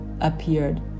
appeared